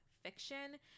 fiction